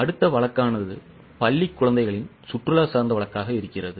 அடுத்த வழக்கானது பள்ளிக்குழந்தைகளின் சுற்றுலா சார்ந்த வழக்காக இருக்கிறது